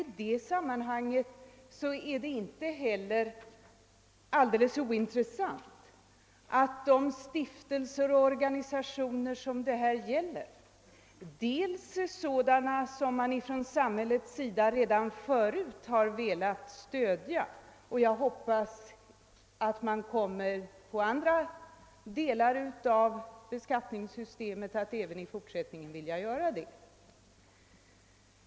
I detta sammanhang är det inte heller alldeles ointressant att de stiftelser och organisationer som det gäller är sådana som samhället redan förut velat stödja och som jag hoppas att man inom andra delar av beskattningssystemet även i fortsättningen kommer att främja.